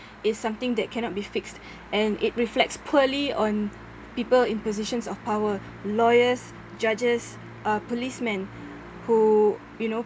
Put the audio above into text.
is something that cannot be fixed and it reflects poorly on people in positions of power lawyers judges uh policemen who you know